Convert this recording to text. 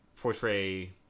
portray